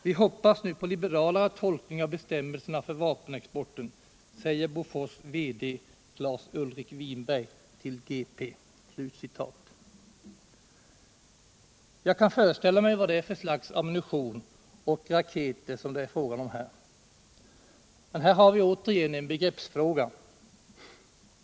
— Vi hoppas nu på liberalare tolkning av bestämmelserna för vapenexporten, säger Bofors VD, Claes-Ulrik Winberg, till G-P.” Jag kan föreställa mig vad för slags ammunition och vad för slags raketer som det är fråga om. Men här har vi återigen en begreppsfråga.